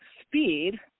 speed